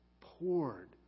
poured